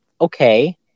okay